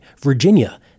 Virginia